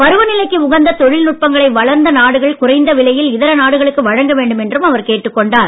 பருவநிலைக்கு உகந்த தொழில் நுட்பங்களை வளர்ந்த நாடுகள் குறைந்த விலையில் இதர நாடுகளுக்கு வழங்க வேண்டும் என்றும் அவர் கேட்டுக் கொண்டார்